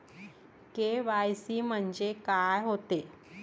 KYC म्हंनजे का होते?